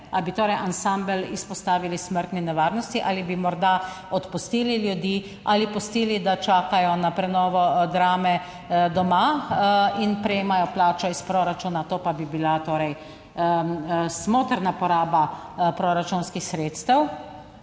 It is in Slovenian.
Ali bi torej ansambel izpostavili smrtni nevarnosti? Ali bi morda odpustili ljudi ali pustili, da čakajo na prenovo Drame doma in prejemajo plačo iz proračuna, to pa bi bila torej smotrna poraba proračunskih sredstev.